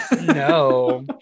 No